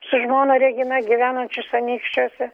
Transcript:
su žmona regina gyvenančius anykščiuose